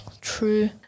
true